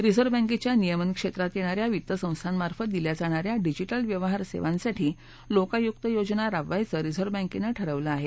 reserve बँकेच्या नियमन क्षेत्रात येणा या वित्त संस्थांमार्फत दिल्या जाणा या डिजिटल व्यवहार सेवांसाठी लोकायुक्त योजना राबवायचं रिझर्व्ह बॅकेनं ठरवलं आहे